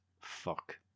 fuck